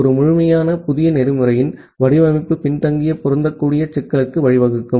ஒரு முழுமையான புதிய புரோட்டோகாலின் வடிவமைப்பு பின்தங்கிய பொருந்தக்கூடிய சிக்கலுக்கு வழிவகுக்கும்